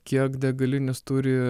kiek degalinės turi